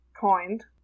coined